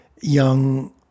young